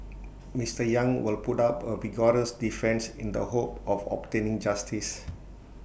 Mister yang will put up A vigorous defence in the hope of obtaining justice